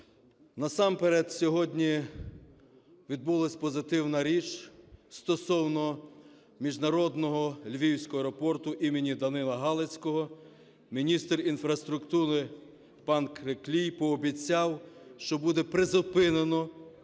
Насамперед, сьогодні відбулась позитивна річ стосовно Міжнародного львівського аеропорту імені Данила Галицького. Міністр інфраструктури пан Криклій пообіцяв, що буде призупинено